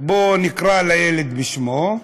בואו נקרא לילד בשמו: